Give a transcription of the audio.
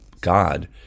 God